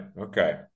Okay